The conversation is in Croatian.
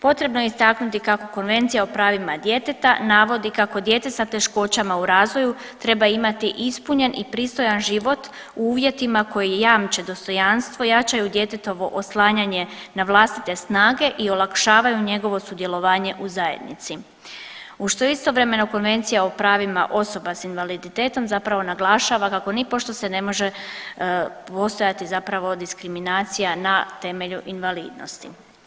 Potrebno je istaknuti kako Konvencija o pravima djeteta navodi kako djeci sa teškoćama u razvoju treba imati ispunjen i pristojan život u uvjetima koji jamče dostojanstvo i jačaju djetetovo oslanjanje na vlastite snage i olakšavaju njegovo sudjelovanje u zajednici, uz što isto vrijeme Konvencija o pravima osoba s invaliditetom zapravo naglašava kako nipošto se ne može postojati zapravo diskriminacija na temelju invalidnosti.